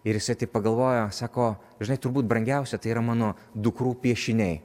ir jisai taip pagalvojo sako žinai turbūt brangiausia tai yra mano dukrų piešiniai